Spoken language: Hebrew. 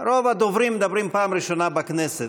רוב הדוברים מדברים פעם ראשונה בכנסת.